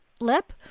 lip